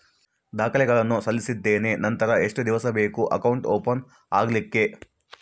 ದಾಖಲೆಗಳನ್ನು ಸಲ್ಲಿಸಿದ್ದೇನೆ ನಂತರ ಎಷ್ಟು ದಿವಸ ಬೇಕು ಅಕೌಂಟ್ ಓಪನ್ ಆಗಲಿಕ್ಕೆ?